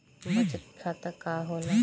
बचत खाता का होला?